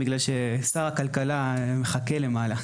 בגלל ששר הכלכלה מחכה למעלה,